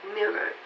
Mirror